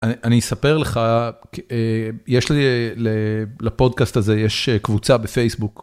אני אספר לך יש לי לפודקאסט הזה יש קבוצה בפייסבוק.